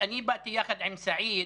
אני באתי יחד עם סעיד